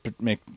make